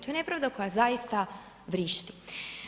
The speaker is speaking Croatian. To je nepravda koja zaista vršiti.